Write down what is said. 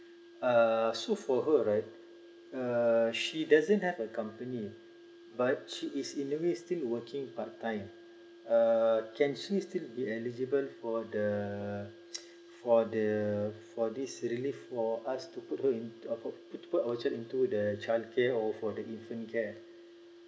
err so for her right uh she doesn't have a company but she is in a way still working part time uh can she still be eligible for the for the for this relief for us to put her into uh put our children into the childcare or for the infant care